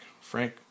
Frank